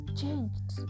changed